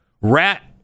rat